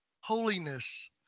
Holiness